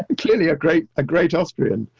clearly a great ah great austrian.